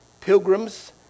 pilgrims